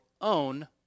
own